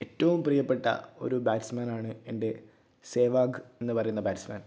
ഏറ്റവും പ്രിയ്യപ്പെട്ട ഒരു ബാറ്റ്സ്മാനാണ് എൻ്റെ സെവാഗ് എന്ന് പറയുന്ന ബാറ്റ്സ്മാൻ